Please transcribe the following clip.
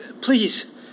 please